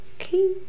okay